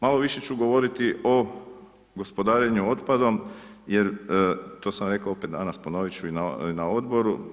Malo više ću govoriti o gospodarenju otpadom jer, to sam rekao opet danas, ponovit ću i na Odboru.